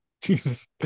Jesus